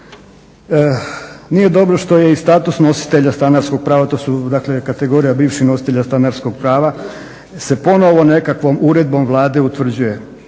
Nije dobro što je i status nositelja stanarskog prava, to su dakle kategorija bivših nositelja stanarskog prava se ponovo nekakvom uredbom Vlade utvrđuje,